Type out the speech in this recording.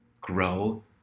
grow